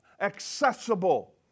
accessible